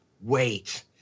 wait